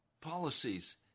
policies